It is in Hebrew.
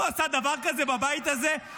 חבר הכנסת שקלים, קריאה שלישית.